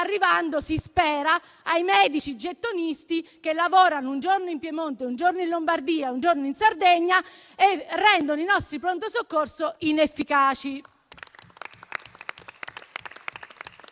arrivando - si spera - ai medici gettonisti che lavorano un giorno in Piemonte, un giorno in Lombardia, un giorno in Sardegna e rendono i nostri pronto soccorso inefficaci.